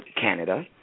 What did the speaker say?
Canada